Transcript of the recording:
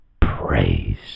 praise